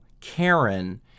karen